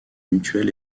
mutuelle